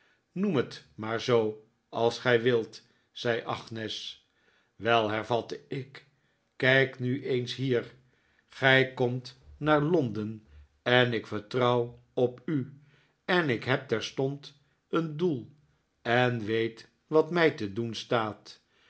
noem het maar zoo als gij wilt zei agnes wel hervatte ik kijk nu eens hier gij komt naar londen en ik vertrouw op u en ik heb terstond een doel en weet wat mij te doen staat